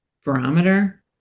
barometer